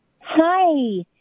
hi